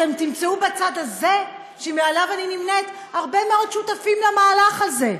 אתם תמצאו בצד הזה שעמו אני נמנית הרבה מאוד שותפים למהלך הזה,